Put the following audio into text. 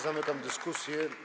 Zamykam dyskusję.